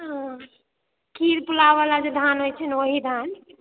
खीर पुलाव वाला जे धन होइ छै ने ओ ही धान